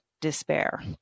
despair